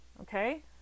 okay